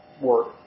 work